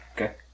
Okay